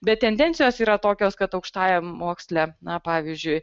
bet tendencijos yra tokios kad aukštajam moksle na pavyzdžiui